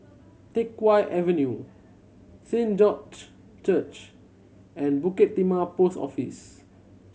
Teck Whye Avenue Saint George Church and Bukit Timah Post Office